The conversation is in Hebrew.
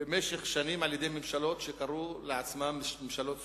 במשך שנים על-ידי ממשלות שקראו לעצמן ממשלות סוציאליסטיות,